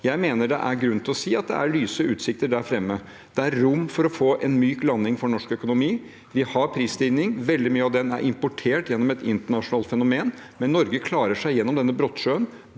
Jeg mener det er grunn til å si at det er lyse utsikter der fremme, det er rom for å få en myk landing for norsk økonomi. Vi har prisstigning, veldig mye av den er importert gjennom et internasjonalt fenomen. Norge klarer seg bedre gjennom denne brottsjøen